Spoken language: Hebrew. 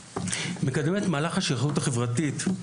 מקדמים מהלך של שייכות חברתית.